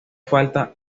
falta